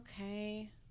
Okay